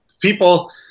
people